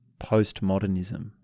postmodernism